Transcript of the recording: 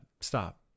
stop